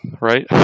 right